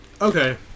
okay